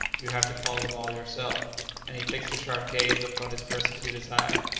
you have to follow them all yourself and he fixed a sharp gaze upon his persecutor's eye.